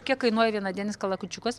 kiek kainuoja vienadienis kalakučiukas